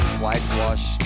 whitewash